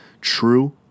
true